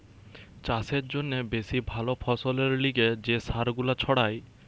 চাষের জন্যে বেশি ভালো ফসলের লিগে যে সার গুলা ছড়ায়